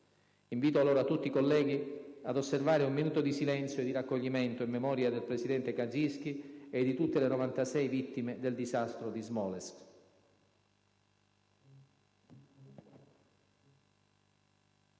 Invito allora tutti i colleghi ad osservare un minuto di silenzio e di raccoglimento in memoria del presidente Kaczynski e di tutte le 96 vittime del disastro di Smolènsk.